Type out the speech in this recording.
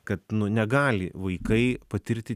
kad negali vaikai patirti